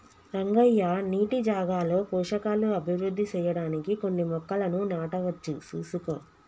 రంగయ్య నీటి జాగాలో పోషకాలు అభివృద్ధి సెయ్యడానికి కొన్ని మొక్కలను నాటవచ్చు సూసుకో